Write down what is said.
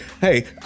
hey